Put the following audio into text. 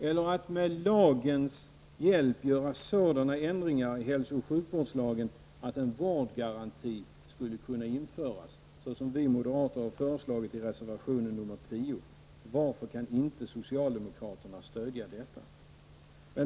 Sådana ändringar bör göras i hälsooch sjukvårdslagen att en vårdgaranti skulle kunna införas, såsom vi moderater har föreslagit i reservation nr 10. Varför kan inte socialdemokraterna stödja detta?